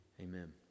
amen